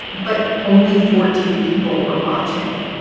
but only fourteen people were watching.